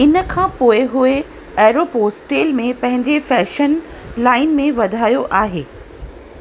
इन खां पोएं होएं एरोपोस्टेल में पंहिंजे फैशन लाइन में वधायो आहे